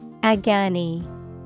Agani